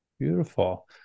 Beautiful